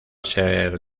ser